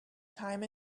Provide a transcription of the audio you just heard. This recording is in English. time